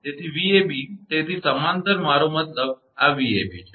તેથી 𝑉𝑎𝑏 તેથી સમાંતર મારો મતલબ આ 𝑉𝑎𝑏 છે